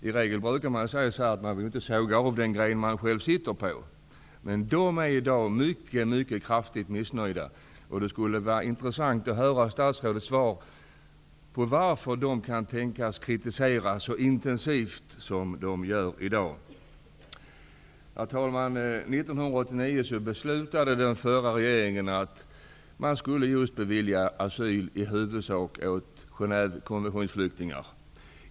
I regel vill man ju inte såga av den gren man själv sitter på, men de är i dag mycket missnöjda. Det skulle vara intressant att höra statsrådets uppfattning om varför de så intensivt som de gör i dag kritiserar verksamheten. Herr talman! 1989 beslutade den förra regeringen att man just skulle bevilja asyl i huvudsak åt just konventionsflyktingar.